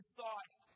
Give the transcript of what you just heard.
thoughts